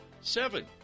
Seven